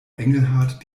engelhart